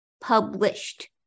published